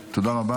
תודה רבה.